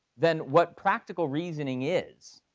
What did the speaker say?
then what practical reasoning is?